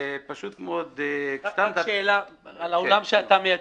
כשאתה מתכוון לטאץ' אחרון --- רק שאלה על האולם שאתה מייצג,